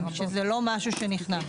שזה לא משהו שנכנס.